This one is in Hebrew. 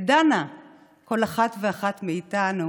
שתדע כל אחת ואחת מאיתנו